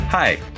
Hi